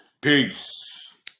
Peace